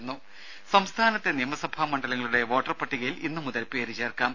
രും സംസ്ഥാനത്തെ നിയമസഭാ മണ്ഡലങ്ങളുടെ വോട്ടർപട്ടികയിൽ ഇന്ന് മുതൽ പേര് ചേർക്കാം